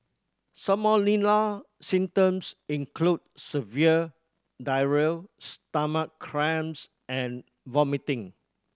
salmonella symptoms include severe diarrhea stomach cramps and vomiting